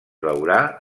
veurà